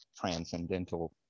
transcendental